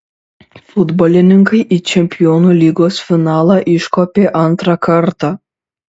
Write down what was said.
futbolininkai į čempionų lygos finalą iškopė antrą kartą